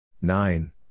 Nine